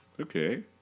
Okay